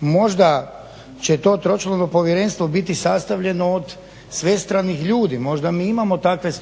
Možda će to tročlano povjerenstvo biti sastavljeno do svestranih ljudi, možda mi imamo takve